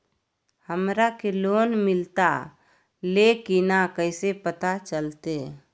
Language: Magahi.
हमरा के लोन मिलता ले की न कैसे पता चलते?